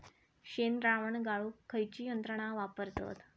शेणद्रावण गाळूक खयची यंत्रणा वापरतत?